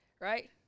right